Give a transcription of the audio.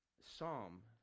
Psalm